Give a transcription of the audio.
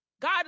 God